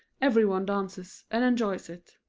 everyone dances, and enjoys it.